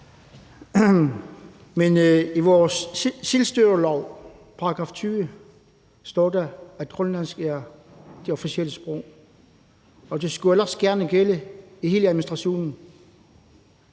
Men i vores selvstyrelov, § 20, står der, at grønlandsk er det officielle sprog, og det skulle også gerne gælde i hele administrationen.